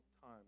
time